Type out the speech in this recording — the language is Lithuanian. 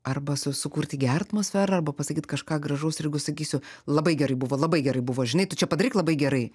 arba sukurti gerą atmosferą arba pasakyt kažką gražaus ir jeigu sakysiu labai gerai buvo labai gerai buvo žinai tu čia padaryk labai gerai